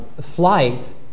flight